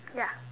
ya